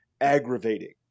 aggravating